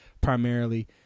primarily